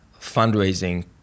fundraising